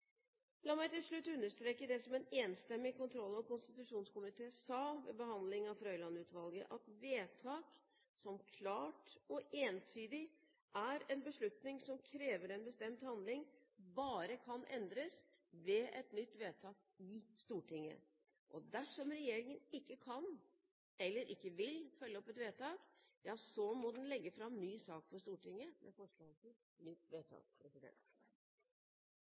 La meg til slutt understreke det som en enstemmig kontroll- og konstitusjonskomité sa ved behandlingen av Frøiland-utvalget, nemlig at vedtak som klart og entydig er en beslutning som krever en bestemt handling, bare kan endres ved et nytt vedtak i Stortinget. Dersom regjeringen ikke kan, eller ikke vil, følge opp et vedtak, må den legge fram ny sak for Stortinget med forslag til nytt vedtak.